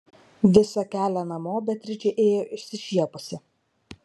visą kelią namo beatričė ėjo išsišiepusi